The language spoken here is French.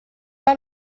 pas